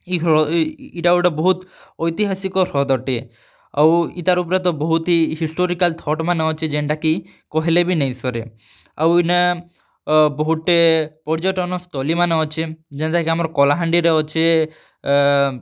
ଇ ଇ'ଟା ଗୁଟେ ବହୁତ୍ ଐତିହାସିକ ହ୍ରଦଟେ ଆଉ ଇତାର୍ ଉପ୍ରେ ତ ବହୁତ୍ହି ହିଷ୍ଟୋରିକାଲ୍ ଥଟ୍ ମାନେ ଅଛେ ଯେନ୍ଟାକି କହେଲେ ବି ନାଇଁ ସରେ ଆଉ ଇନେ ବହୁତ୍ଟେ ପର୍ଯ୍ୟଟନସ୍ଥଳୀ ମାନେ ଅଛେ ଯେନ୍ତାକି ଆମର୍ କଲାହାଣ୍ଡିନେ ଅଛେ